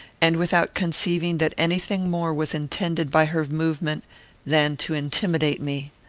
and without conceiving that any thing more was intended by her movement than to intimidate me.